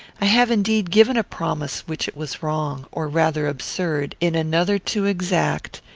i have indeed given a promise which it was wrong, or rather absurd, in another to exact,